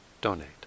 donate